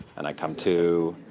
and i come to.